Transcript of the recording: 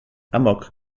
amok